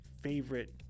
favorite